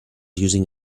using